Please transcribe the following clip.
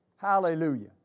Hallelujah